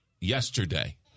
yesterday